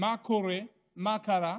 מה קורה, מה קרה.